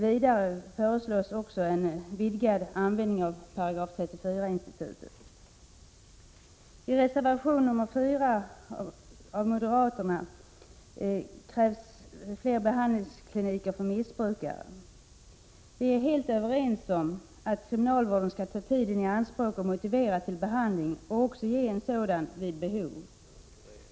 Vidare föreslås en vidgad användning av 34 § lagen om kriminalvård i anstalt. Vi är helt överens om att kriminalvården skall ta tiden i anspråk att motivera till behandling och också vid behov ge sådan.